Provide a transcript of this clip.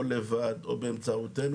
לבד או באמצעותנו,